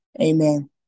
amen